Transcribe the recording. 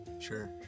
Sure